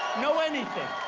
no anything.